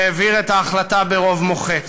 שהעביר את ההחלטה ברוב מוחץ.